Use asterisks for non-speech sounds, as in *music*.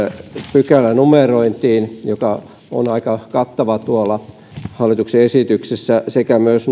pykälänumerointiin joka on aika kattava tuolla hallituksen esityksessä sekä myös *unintelligible*